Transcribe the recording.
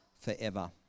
forever